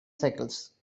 cycles